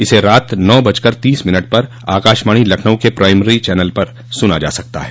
इसे रात नौ बजकर तीस मिनट पर आकाशवाणी लखनऊ के प्राइमरी चैनल पर सुना जा सकता है